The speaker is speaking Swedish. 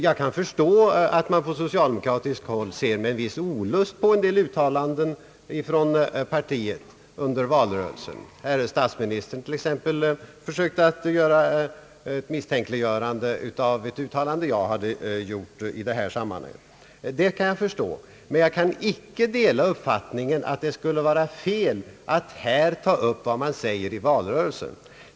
Jag kan förstå att man på socialdemokratiskt håll ser med viss olust på en del uttalanden från partiet under valrörelsen. Statsministern försökte till exempel att misstänkliggöra ett uttalande jag hade gjort i detta sammanhang. Men jag kan icke dela uppfattningen, att det skulle vara fel att här ta upp vad man säger i valrörelsen.